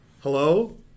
Hello